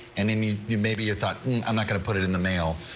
and in me you may be a thought i'm not going put it in the mail.